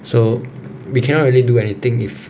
so we cannot really do anything if